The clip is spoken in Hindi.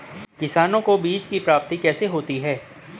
किसानों को बीज की प्राप्ति कैसे होती है?